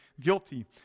guilty